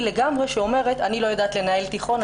לגמרי שאומרת אני לא יודעת לנהל תיכון,